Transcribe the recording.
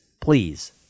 please